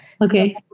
Okay